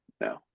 No